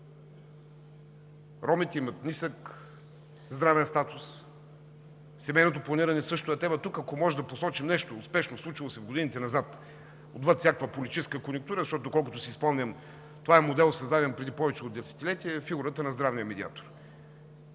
ромите имат нисък здравен статус, семейното планиране също е тема. Тук, ако можем да посочим нещо успешно, случило се в годините назад отвъд всякаква политическа конюнктура, защото колкото си спомням това е модел, създаден преди повече от десетилетия, е фигурата на здравния медиатор.